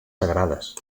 sagrades